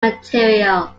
material